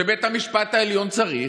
שבית המשפט העליון צריך,